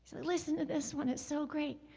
so listen to this one, it's so great.